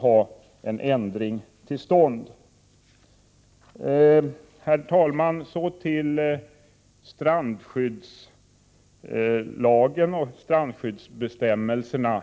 få en ändring till stånd. Herr talman! Så till naturvårdslagens strandskyddsbestämmelser.